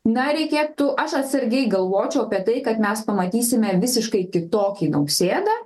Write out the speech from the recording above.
na reikėtų aš atsargiai galvočiau apie tai kad mes pamatysime visiškai kitokį nausėdą